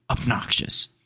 obnoxious